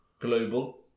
global